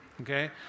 Okay